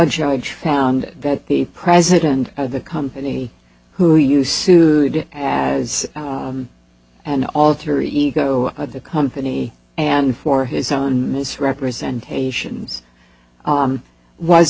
judge found that the president of the company who you sued as an alter ego of the company and for his own misrepresentations was